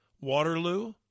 Waterloo